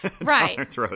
Right